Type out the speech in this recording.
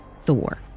Thor